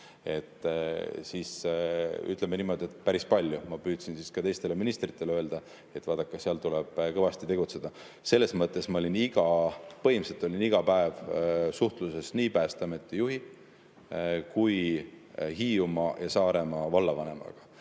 –, ütleme niimoodi, [suhtles] päris palju. Ma püüdsin ka teistele ministritele öelda, et vaadake, seal tuleb kõvasti tegutseda. Selles mõttes ma olin põhimõtteliselt iga päev suhtluses nii Päästeameti juhi kui ka Hiiumaa ja Saaremaa vallavanemaga.